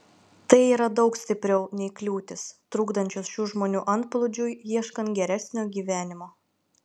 tai yra daug stipriau nei kliūtys trukdančios šių žmonių antplūdžiui ieškant geresnio gyvenimo